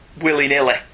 willy-nilly